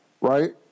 Right